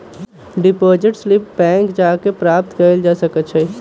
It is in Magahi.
डिपॉजिट स्लिप के बैंक जा कऽ प्राप्त कएल जा सकइ छइ